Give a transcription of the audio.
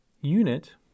unit